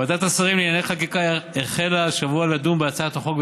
ועדת השרים לענייני חקיקה החלה השבוע לדון בהצעת החוק,